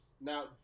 Now